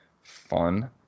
fun